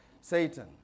Satan